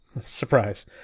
Surprise